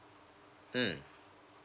mm